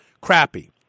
crappy